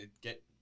get